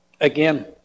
Again